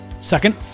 Second